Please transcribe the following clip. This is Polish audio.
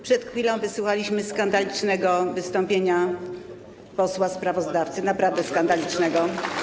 Przed chwilą wysłuchaliśmy skandalicznego wystąpienia posła sprawozdawcy, naprawdę skandalicznego.